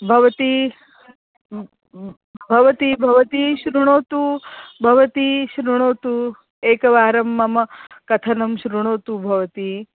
भवती भवती भवती श्रुणोतु भवती श्रुणोतु एकवारं मम कथनं श्रुणोतु भवती